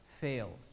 fails